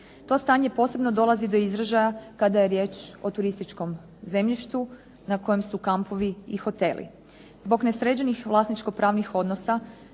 To stanje posebno dolazi do izražaja kada je riječ o turističkom zemljištu na kojem su kampovi i hoteli. Zbog nesređenih vlasničko pravnih odnosa,